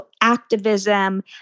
activism